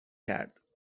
کرد